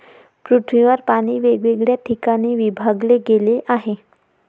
पृथ्वीवर पाणी वेगवेगळ्या ठिकाणी विभागले गेले आहे